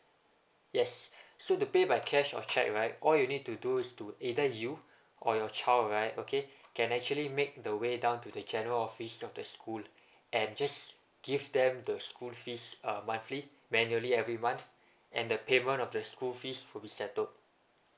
yes so the pay by cash or cheque right all you need to do is to either you or your child right okay can actually make the way down to the general office of the school and just give them the school fees uh monthly manually every month and the payment of the school fees will be settled